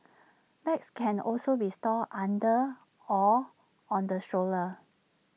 bags can also be stored under or on the stroller